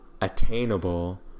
attainable